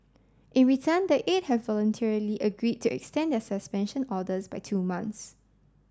in return the eight have voluntarily agreed to extend their suspension orders by two months